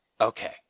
Okay